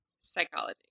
Psychology